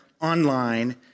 online